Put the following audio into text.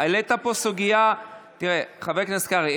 חבר הכנסת קרעי,